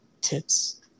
Tits